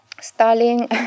Stalin